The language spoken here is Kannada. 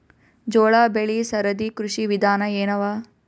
ಜೋಳ ಬೆಳಿ ಸರದಿ ಕೃಷಿ ವಿಧಾನ ಎನವ?